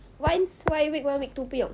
why why week one week two 不用